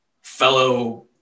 fellow